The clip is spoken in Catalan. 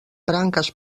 branques